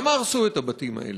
למה הרסו את הבתים האלה?